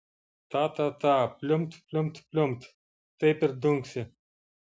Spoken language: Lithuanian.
ta ta ta pliumpt pliumpt pliumpt taip ir dunksi